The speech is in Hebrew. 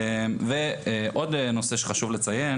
ועוד נושא שחשוב לציין,